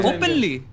Openly